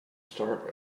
start